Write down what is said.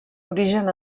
origen